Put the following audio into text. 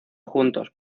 juntos